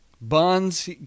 Buns